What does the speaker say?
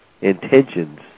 intentions